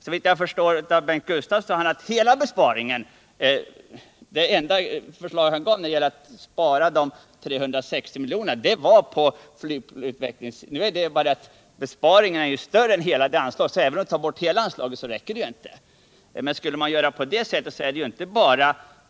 Såvitt jag förstått av Bengt Gustavssons anförande var det enda förslag han lade fram när det gäller att spara 360 miljoner att flygutvecklingen skulle minskas. Det är bara det att de föreslagna besparingarna är större än hela anslaget, så även om vi tar bort anslagét räcker det inte! Skulle anslaget helt tas bort innebär det inte bara